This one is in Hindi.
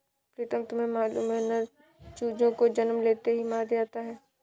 प्रीतम तुम्हें मालूम है नर चूजों को जन्म लेते ही मार दिया जाता है